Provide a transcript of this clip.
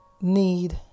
need